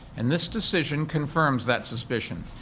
and this decision confirms that suspicion.